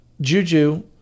Juju